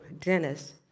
Dennis